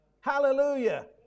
Hallelujah